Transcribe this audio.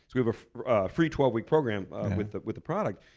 we have a free twelve week program with with the product.